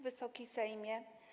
Wysoki Sejmie!